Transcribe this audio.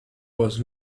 was